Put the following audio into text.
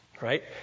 Right